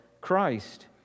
Christ